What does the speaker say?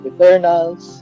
Eternals